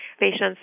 patients